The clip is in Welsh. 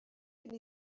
cyn